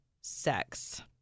sex